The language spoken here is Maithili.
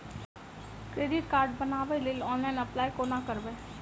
क्रेडिट कार्ड बनाबै लेल ऑनलाइन अप्लाई कोना करबै?